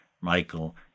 Michael